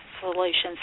solutions